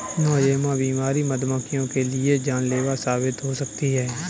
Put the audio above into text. Nosema बीमारी मधुमक्खियों के लिए जानलेवा साबित हो सकती है